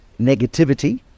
negativity